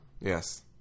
Yes